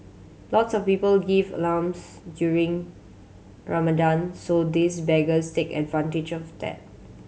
lots of people give alms during Ramadan so these beggars take advantage of that